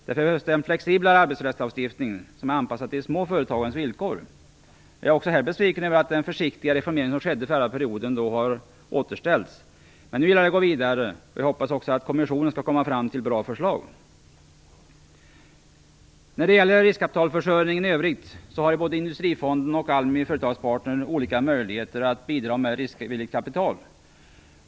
Därför behövs en flexiblare arbetsrättslagstiftning som är anpassad till de små företagens villkor. Jag är också besviken över att den försiktiga reformeringen som skedde förra perioden har återställts. Nu gäller det att gå vidare. Jag hoppas också att kommissionen skall komma fram till bra förslag. När det gäller riskkapitalförsörjningen i övrigt har både Industrifonden och ALMI Företagspartner olika möjligheter att bidra med riskvilligt kapital.